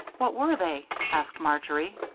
what were they? asked marjory.